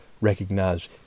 recognize